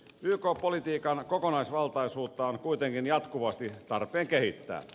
yk politiikan kokonaisvaltaisuutta on kuitenkin jatkuvasti tarpeen kehittää